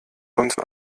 sonst